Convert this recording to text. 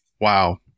Wow